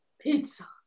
Pizza